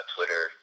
Twitter